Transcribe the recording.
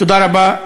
תודה רבה.